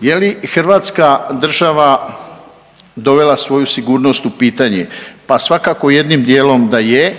Je li Hrvatska država dovela svoju sigurnost u pitanje? Pa svakako jednim dijelom da je.